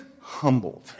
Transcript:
humbled